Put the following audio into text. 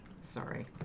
Sorry